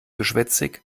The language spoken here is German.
geschwätzig